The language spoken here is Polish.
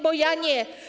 Bo ja nie.